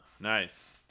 Nice